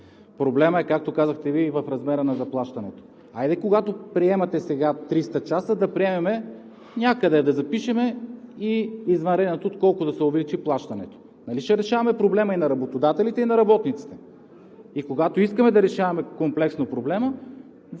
Проблемът е, както казахте и Вие, и в размера на заплащането. Хайде, когато приемате сега 300 часа, да приемем някъде да запишем за извънредния труд колко да се увеличи плащането. Нали ще решаваме проблема и на работодателите, и на работниците. И когато искаме да решаваме комплексно проблема,